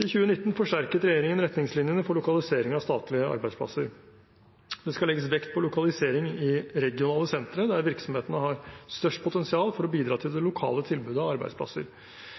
I 2019 forsterket regjeringen retningslinjene for lokalisering av statlige arbeidsplasser. Det skal legges vekt på lokalisering i regionale sentre, der virksomhetene har størst potensial for å bidra til